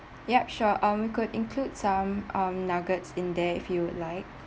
yup sure um we could include some um nuggets in there if you would like